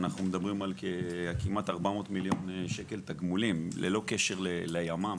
אנחנו מדברים על כמעט 400 מיליון שקל תגמולים ללא קשר לימ"מ